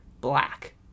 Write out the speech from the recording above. black